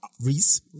Reese